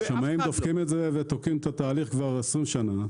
השמאים תוקעים את התהליך כבר 20 שנה.